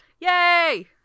Yay